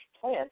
plan